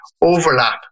overlap